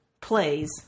plays